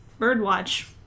Birdwatch